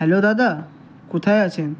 hello দাদা কোথায় আছেন